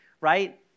Right